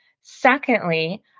Secondly